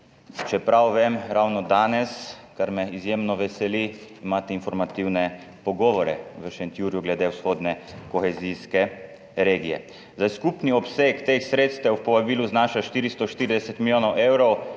Če prav vem, imate ravno danes, kar me izjemno veseli, informativne pogovore v Šentjurju glede vzhodne kohezijske regije. Skupni obseg teh sredstev v povabilu znaša 440 milijonov evrov,